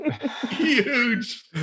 huge